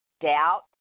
doubt